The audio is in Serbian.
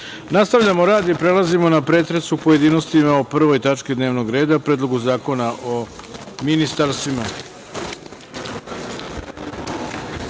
187.Nastavljamo rad i prelazimo na pretres u pojedinostima o prvoj tački dnevnog reda o Predlogu zakona o ministarstvima. Primili